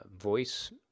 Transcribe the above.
Voice